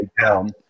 down